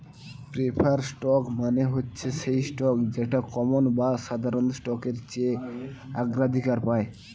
preferred stock মানে হচ্ছে সেই স্টক যেটা কমন বা সাধারণ স্টকের চেয়ে অগ্রাধিকার পায়